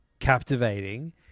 captivating